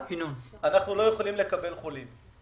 אנחנו לא יכולים לקבל חולים.